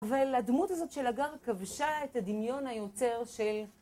אבל הדמות הזאת של הגר כבשה את הדמיון היוצר של...